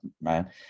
man